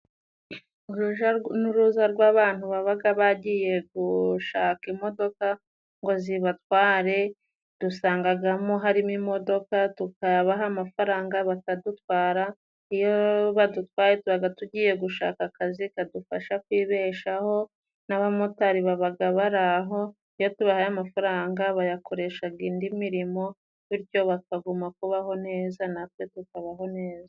Urujya n'uruza rw'abantu baba bagiye gushaka imodoka ngo zibatware. Dusangamo harimo imodoka tukayabaha amafaranga bakadutwara. Iyo badutwaye tuba tugiye gushaka akazi kadufasha kwibeshaho, n'abamotari baba bari aho. Iyo tubahaye amafaranga bayakoresha indi mirimo, bityo bakaguma kubaho neza natwe tukabaho neza.